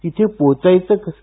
तिथे पोहोचायचं कसं